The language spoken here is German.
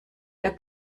der